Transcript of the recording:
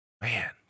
Man